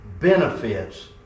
benefits